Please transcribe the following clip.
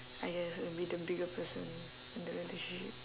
I guess uh be the bigger person in the relationship